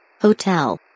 Hotel